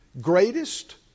greatest